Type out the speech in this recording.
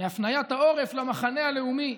להפניית העורף למחנה הלאומי,